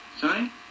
Sorry